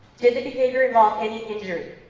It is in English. did the behavior involve any injuries?